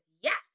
yes